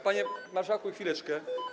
Panie marszałku, chwileczkę.